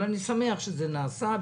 אבל אני שמח שזה נעשה,